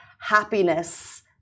happiness